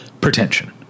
pretension